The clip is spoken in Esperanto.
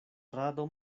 rado